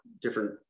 different